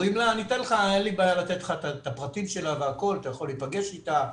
אני אתן לך את הפרטים שלה, אתה יכול להיפגש איתה.